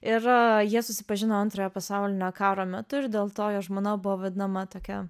ir jie susipažino antrojo pasaulinio karo metu ir dėl to jo žmona buvo vadinama tokia